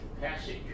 passage